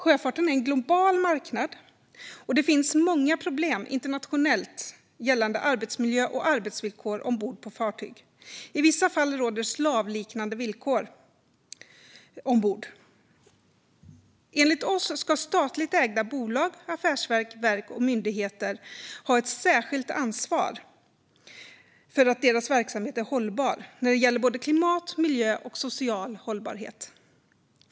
Sjöfarten är en global marknad, och det finns många problem internationellt gällande arbetsmiljö och arbetsvillkor ombord på fartyg. I vissa fall råder slavliknande villkor ombord. Enligt oss ska statligt ägda bolag, affärsverk, verk och myndigheter ha ett särskilt ansvar för att deras verksamhet är hållbar när det gäller klimat, miljö och social hållbarhet.